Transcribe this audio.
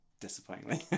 Disappointingly